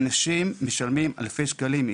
אנשים משלמים אלפי שקלים.